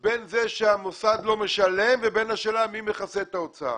בין זה שהמוסד לא משלם ובין השאלה מי מכסה את ההוצאה.